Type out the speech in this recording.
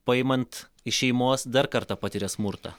paimant iš šeimos dar kartą patiria smurtą